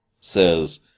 says